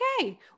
okay